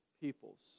peoples